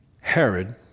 Herod